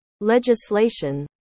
legislation